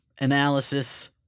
analysis